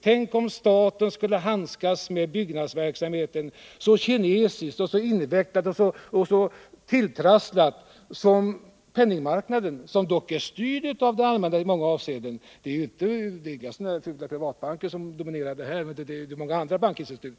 Tänk om staten skulle handskas så kinesiskt, invecklat och tilltrasslat med byggnadsverksamheten som man gör på penningmarknaden, som i många avseenden dock är styrd av det allmänna. Det är inga fula privatbanker som dominerar denna marknad, utan det är många andra bankinstitut.